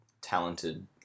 talented